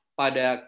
pada